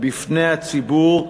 בפני הציבור,